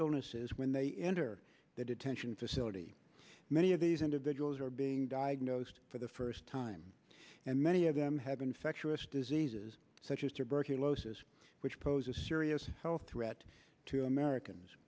illnesses when they enter the detention facility many of these individuals are being diagnosed for the first time and many of them have infectious diseases such as tuberculosis which pose a serious health threat to americans